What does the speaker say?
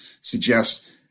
suggests